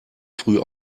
früh